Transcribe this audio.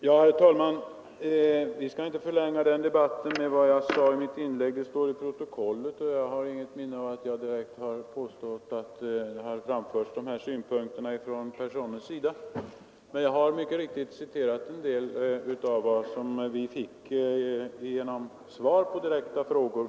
Herr talman! Jag skall inte förlänga debatten med att upprepa vad jag sade i mitt tidigare inlägg. Det står i protokollet. Jag har inget minne av att dessa synpunkter av Nils Personne framförts, men jag har citerat en del av de svar som vi vid vårt besök fick på direkta frågor.